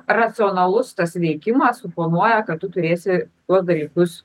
racionalus tas veikimas suponuoja kad tu turėsi tuos dalykus